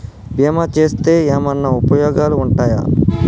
బీమా చేస్తే ఏమన్నా ఉపయోగాలు ఉంటయా?